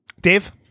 dave